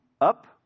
up